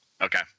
Okay